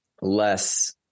less